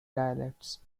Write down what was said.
dialects